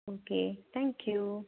okay thank you